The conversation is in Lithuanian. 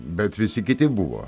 bet visi kiti buvo